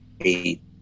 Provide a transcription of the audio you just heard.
eight